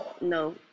No